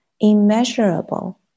immeasurable